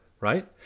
right